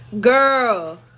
girl